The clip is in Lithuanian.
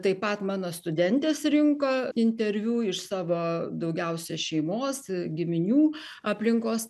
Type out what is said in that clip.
taip pat mano studentės rinko interviu iš savo daugiausia šeimos giminių aplinkos